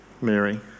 Mary